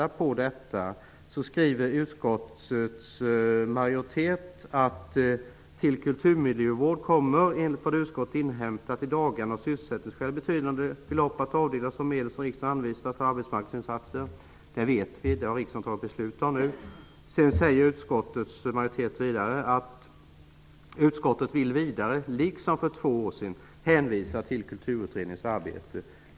Vad gäller denna motion skriver utskottets majoritet att enligt den information som utskottet inhämtat i dagarna kommer betydande belopp av de medel som riksdagen anvisat till arbetsmarknadsinsatser att avdelas till kulturmiljövård av sysselsättningsskäl. Det vet vi; det har riksdagen fattat beslut om. Vidare säger utskottets majoritet att utskottet vill, liksom för två år sedan, hänvisa till Kulturutredningens arbete.